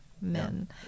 men